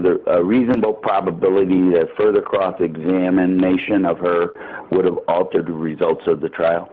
the reasonable probability that further cross examination of her would have altered the results of the trial